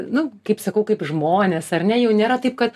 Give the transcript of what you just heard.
nu kaip sakau kaip žmonės ar ne jau nėra taip kad